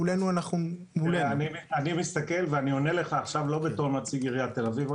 אני מסתכל ואני עונה לך עכשיו לא בתור נציג עיריית תל אביב,